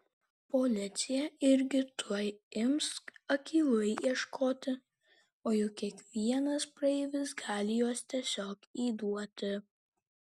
policija irgi tuoj ims akylai ieškoti o juk kiekvienas praeivis gali juos tiesiog įduoti